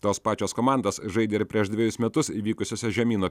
tos pačios komandos žaidė ir prieš dvejus metus vykusiose žemyno